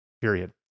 period